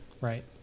right